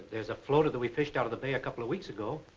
there's a floater that we fished out of the bay a couple of weeks ago.